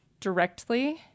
directly